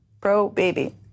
Pro-baby